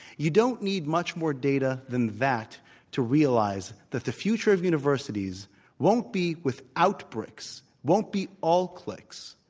you don't need much more data than that to realize that the future of universities won't be without bricks, won't be all clicks,